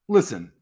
Listen